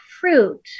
fruit